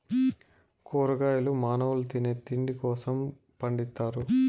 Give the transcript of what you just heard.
కూరగాయలు మానవుల తినే తిండి కోసం పండిత్తారు